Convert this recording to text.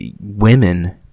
women